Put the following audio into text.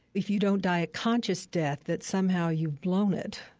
if you don't die a conscious death that somehow you've blown it,